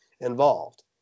involved